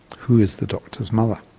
who is the doctor's mother?